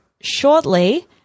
shortly